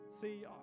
See